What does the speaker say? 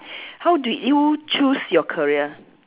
how did you choose your career